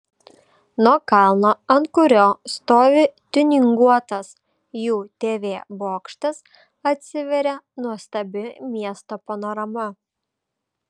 nuo kalno ant kurio stovi tiuninguotas jų tv bokštas atsiveria nuostabi miesto panorama